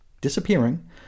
disappearing